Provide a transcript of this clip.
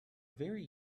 very